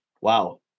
wow